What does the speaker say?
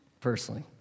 personally